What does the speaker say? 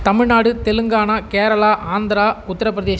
Tamil Nadu Telangana Kerala Andhra Uttar Pradesh